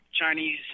Chinese